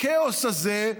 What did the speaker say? בכאוס הזה,